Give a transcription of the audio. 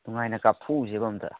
ꯅꯨꯡꯉꯥꯏꯅ ꯀꯥꯞꯊꯣꯛꯎꯁꯦꯕ ꯑꯃꯨꯛꯇ